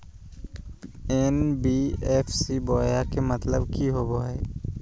NBFC बोया के मतलब कि होवे हय?